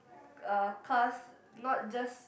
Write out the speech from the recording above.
uh cars not just